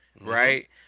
Right